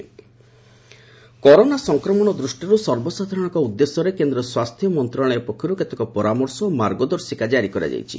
health advisory corona ସଂକ୍ରମଣ ଦୃଷ୍ଟିରୁ ସର୍ବସାଧାରଣଙ୍କ ଉଦ୍ଦେଶ୍ୟରେ କେନ୍ଦ୍ର ସ୍ୱାସ୍ଥ୍ୟ ମନ୍ତ୍ରଣାଳୟ ପକ୍ଷରୁ କେତେକ ପରାମର୍ଶ ଓ ମାର୍ଗଦର୍ଶିକା କାରି କରାଯାଇଛି